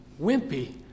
wimpy